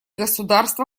государства